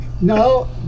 No